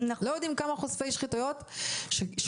לא יודעים כמה חושפי שחיתויות קיימים